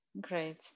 Great